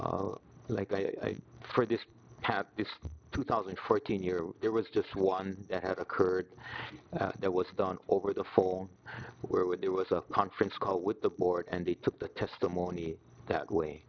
the two thousand and fourteen year there was just one that had occurred that was done over the phone where with there was a conference call with the board and they took the testimony that way